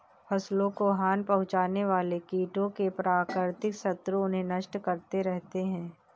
फसलों को हानि पहुँचाने वाले कीटों के प्राकृतिक शत्रु उन्हें नष्ट करते रहते हैं